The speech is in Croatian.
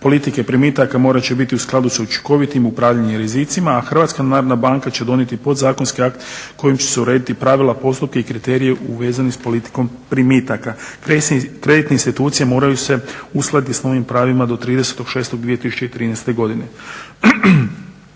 Politike primitaka morat će biti u skladu sa učinkovitim upravljanjem rizicima a Hrvatska narodna banka će donijeti podzakonski akt kojim će se urediti pravila postupka i kriteriji u vezani s politikom primitka. Kreditne institucije moraju se uskladiti s novim pravima do 30.6. 2013.godine.